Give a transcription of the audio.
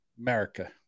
america